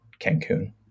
Cancun